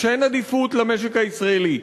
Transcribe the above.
כשאין עדיפות למשק הישראלי,